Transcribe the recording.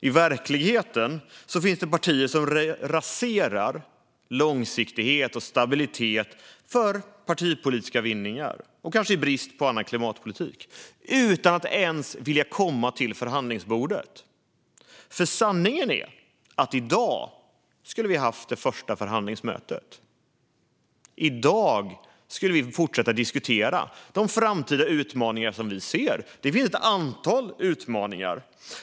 I verkligheten finns det partier som raserar långsiktighet och stabilitet för partipolitisk vinning, och kanske i brist på annan klimatpolitik, utan att ens vilja komma till förhandlingsbordet. För sanningen är att vi i dag skulle ha haft det första förhandlingsmötet. I dag skulle vi fortsätta att diskutera de framtida utmaningar vi ser. Det finns ett antal utmaningar.